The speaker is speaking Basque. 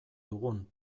dugun